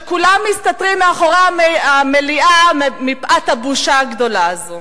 והם כולם מסתתרים מאחורי המליאה מפאת הבושה הגדולה הזו.